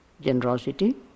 generosity